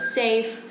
safe